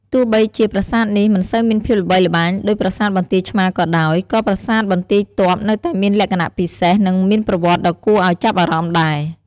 ទោះបីជាប្រាសាទនេះមិនសូវមានភាពល្បីល្បាញដូចប្រាសាទបន្ទាយឆ្មារក៏ដោយ ក៏ប្រាសាទបន្ទាយទ័ពនៅតែមានលក្ខណៈពិសេស និងមានប្រវត្តិដ៏គួរឱ្យចាប់អារម្មណ៍ដែរ។